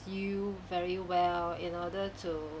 you very well in order to